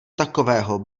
takového